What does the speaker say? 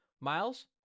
Miles